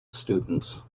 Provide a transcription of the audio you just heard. students